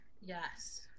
yes